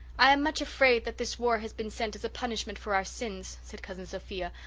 i am much afraid that this war has been sent as a punishment for our sins, said cousin sophia,